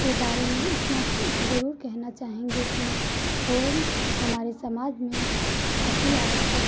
के बारे में इतना ज़रूर कहना चाहेंगे कि फ़ोन हमारे समाज में अति आवश्यक